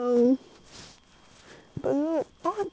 ballut 它看到我它就来